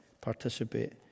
participate